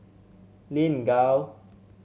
Lin Gao